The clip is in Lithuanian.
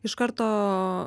iš karto